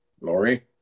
Laurie